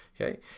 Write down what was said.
okay